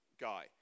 guy